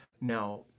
Now